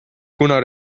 kuna